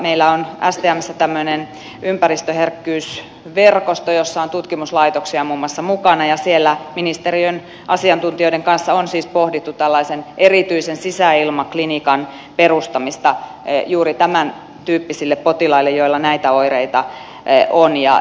meillä on stmssä tämmöinen ympäristöherkkyysverkosto jossa on tutkimuslaitoksia muun muassa mukana ja siellä ministeriön asiantuntijoiden kanssa on siis pohdittu tällaisen erityisen sisäilmaklinikan perustamista juuri tämäntyyppisille potilaille joilla näitä oireita on